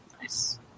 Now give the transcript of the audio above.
nice